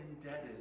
indebted